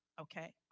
Okay